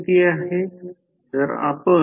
N1 आणि N2 निश्चित करा हे एक अतिशय सोप्पे आहे